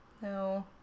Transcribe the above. No